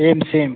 same same